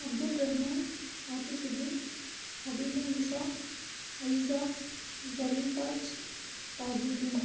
அப்துல் ரகுமான் மாத்தி சுதீன் ஹபீபுன் நிஷா ஹைஷா சரிந்தாஜ் தாஜுதீன்